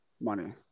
money